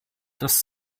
das